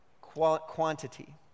quantity